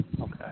Okay